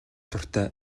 дуртай